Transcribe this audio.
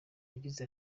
yagize